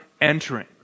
entering